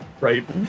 right